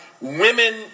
women